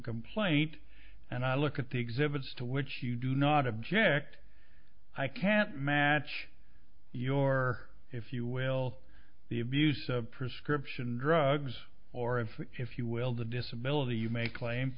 complaint and i look at the exhibits to which you do not object i can't match your if you will the abuse of prescription drugs or of if you will the disability you may claim